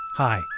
Hi